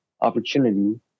opportunity